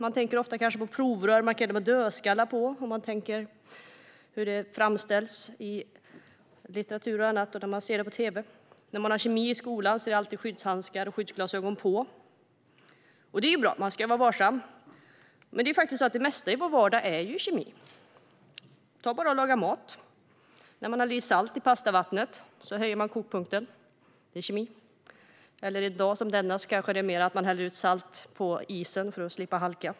Man tänker kanske på provrör med dödskallar på, så som det framställs i litteratur och på tv. När man har kemi i skolan är det alltid skyddshandskar och skyddsglasögon på. Det är bra. Man ska vara varsam. Men det är faktiskt så att det mesta i vår vardag är kemi. Se bara på detta att laga mat. När man lägger salt i pastavattnet höjer man kokpunkten. Det är kemi. En dag som denna är det mer att man häller ut salt på isen för att slippa halka.